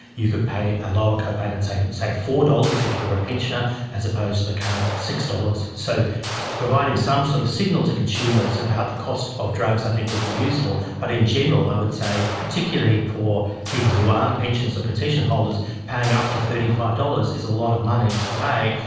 you could pay a lower co-payment, say say four dollars if you were a pensioner, as opposed to the current six dollars. so providing some sort of signal to consumers about the cost of drugs i think would be useful, but in general i would say, particularly for people who aren't pensioners or concession holders paying up to thirty five dollars is a lot of money to pay.